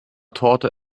torte